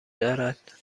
دارد